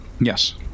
yes